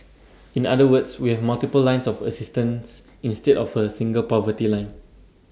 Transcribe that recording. in other words we have multiple lines of assistance instead of A single poverty line